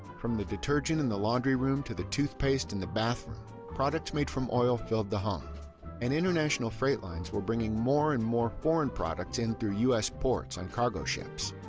from the detergent in the laundry room to the toothpaste in the bathroom, products made from oil filled the home and international freight lines were bringing more and more foreign products in through u s. ports on cargo ships.